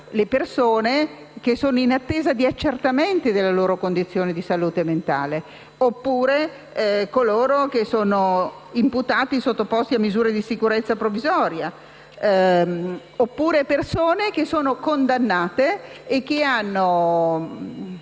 le persone che sono in attesa di accertamento della proprie condizione di salute mentale, oppure coloro che sono imputati sottoposti a misure di sicurezza provvisoria, oppure persone condannate che hanno